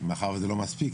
מאחר וזה לא מספיק,